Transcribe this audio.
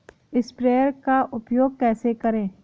Sprayer का उपयोग कैसे करें?